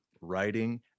writing